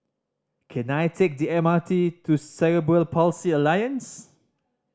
can I take the M R T to Cerebral Palsy Alliance